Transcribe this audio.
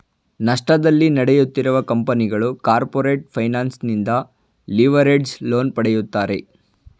ನಷ್ಟದಲ್ಲಿ ನಡೆಯುತ್ತಿರುವ ಕಂಪನಿಗಳು ಕಾರ್ಪೊರೇಟ್ ಫೈನಾನ್ಸ್ ನಿಂದ ಲಿವರೇಜ್ಡ್ ಲೋನ್ ಪಡೆಯುತ್ತಾರೆ